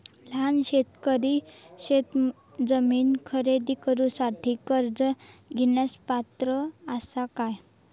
लहान शेतकरी शेतजमीन खरेदी करुच्यासाठी कर्ज घेण्यास पात्र असात काय?